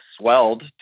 swelled